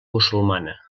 musulmana